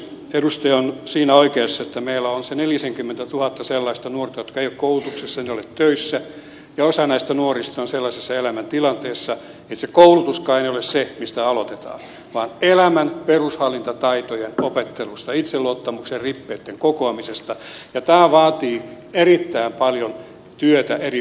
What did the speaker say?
edustaja on siinä oikeassa että meillä on se nelisenkymmentätuhatta sellaista nuorta jotka eivät ole koulutuksessa eivät ole töissä ja osa näistä nuorista on sellaisessa elämäntilanteessa että se koulutuskaan ei aina ole se mistä aloitetaan vaan elämän perushallintataitojen opettelusta itseluottamuksen rippeitten kokoamisesta ja tämä vaatii erittäin paljon työtä eri viranomaisilla